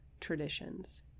traditions